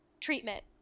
treatment